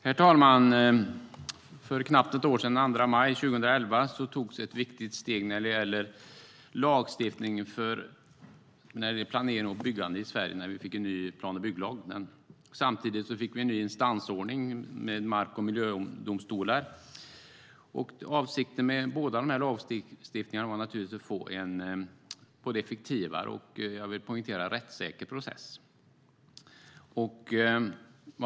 Herr talman! För knappt ett år sedan, den 2 maj 2011, togs ett viktigt steg när det gäller lagstiftning för planering och byggande i Sverige. Då fick vi en ny plan och bygglag. Samtidigt fick vi en ny instansordning med mark och miljödomstolar. Avsikten med båda dessa lagstiftningsåtgärder var att få en både effektivare och rättssäkrare process.